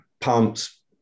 pumps